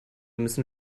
müssen